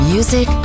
Music